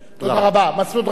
מסעוד גנאים, בבקשה.